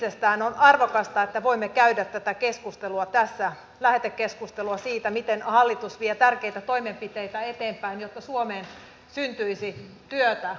on arvokasta että voimme käydä tätä keskustelua tässä lähetekeskustelua siitä miten hallitus vie tärkeitä toimenpiteitä eteenpäin jotta suomeen syntyisi työtä